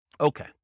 Okay